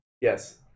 Yes